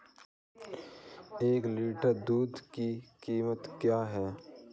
एक लीटर दूध की कीमत क्या है?